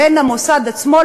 בין המוסד עצמו,